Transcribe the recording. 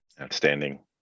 Outstanding